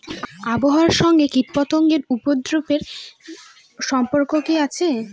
আবহাওয়ার সঙ্গে কীটপতঙ্গের উপদ্রব এর সম্পর্ক কি আছে?